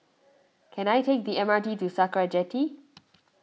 can I take the M R T to Sakra Jetty